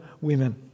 women